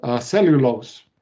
Cellulose